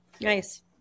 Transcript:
Nice